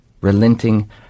relenting